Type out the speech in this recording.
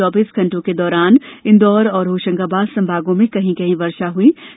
पिछले चौबीस घंटों के दौरान इंदौर और होशंगाबाद संभागों में कहीं कहीं वर्षा हुई